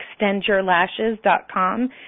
ExtendYourLashes.com